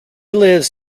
lives